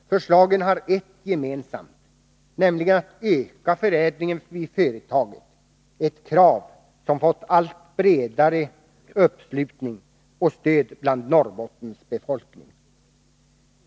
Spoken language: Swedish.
Förslagen har ett gemensamt, nämligen att öka förädlingen vid företaget, ett krav som fått allt bredare stöd bland Norrbottens befolkning.